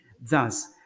Thus